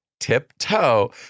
Tiptoe